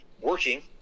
working